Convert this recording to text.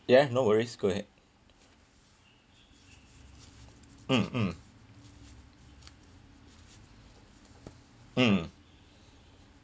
ya no worries go ahead mm mm mm